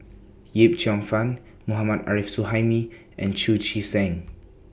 Yip Cheong Fun Mohammad Arif Suhaimi and Chu Chee Seng